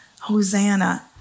Hosanna